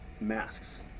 masks